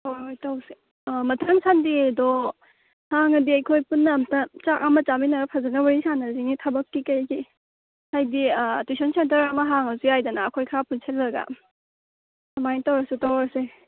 ꯍꯣꯏ ꯍꯣꯏ ꯇꯧꯁꯦ ꯃꯊꯪ ꯁꯟꯗꯦꯗꯣ ꯍꯥꯡꯉꯗꯤ ꯑꯩꯈꯣꯏ ꯄꯨꯟꯅ ꯑꯝꯇ ꯆꯥꯛ ꯑꯃ ꯆꯥꯃꯤꯟꯅꯔꯒ ꯐꯖꯅ ꯋꯥꯔꯤ ꯁꯥꯟꯅꯁꯤꯅꯦ ꯊꯕꯛꯀꯤ ꯀꯩꯒꯤ ꯍꯥꯏꯗꯤ ꯇꯨꯏꯁꯟ ꯁꯦꯟꯇꯔ ꯑꯃ ꯍꯥꯡꯉꯁꯨ ꯌꯥꯏꯗꯅ ꯑꯩꯈꯣꯏ ꯈꯔ ꯄꯨꯟꯁꯤꯜꯂꯒ ꯑꯗꯨꯃꯥꯏ ꯇꯧꯔꯁꯨ ꯇꯧꯔꯁꯦ